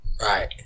Right